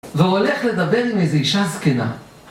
והוא הולך לדבר עם איזו אישה זקנה.